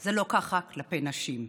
זה לא ככה כלפי נשים?